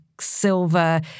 silver